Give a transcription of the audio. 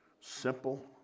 simple